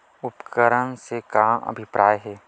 उपकरण से का अभिप्राय हे?